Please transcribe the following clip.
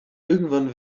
irgendwann